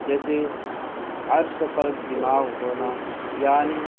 جیسے ارش پر دماغ ہونا یعنی